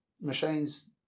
machines